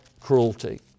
cruelty